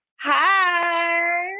Hi